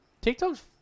TikTok's